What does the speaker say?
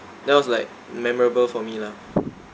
that was like memorable for me lah